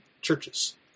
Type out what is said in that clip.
churches